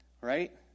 right